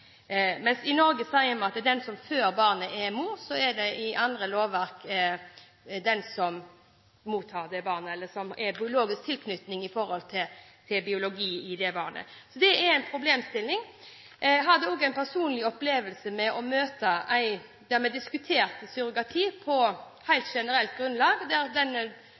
Mens man i Norge sier at det er den som føder barnet, som er mor, er det ifølge andre lands lovverk den som mottar barnet, eller som har biologisk tilknytning til det, som er mor. Så det er en problemstilling. Jeg hadde en personlig opplevelse i et møte der vi diskuterte surrogati på helt generelt grunnlag, der